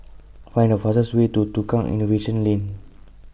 Find The fastest Way to Tukang Innovation Lane